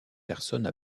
personnes